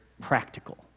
practical